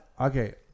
Okay